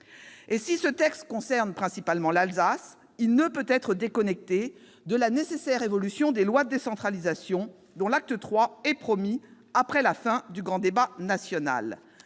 Et si ce texte concerne principalement l'Alsace, il ne peut être déconnecté de la nécessaire évolution des lois de décentralisation, dont l'acte III est promis après la fin du grand débat national,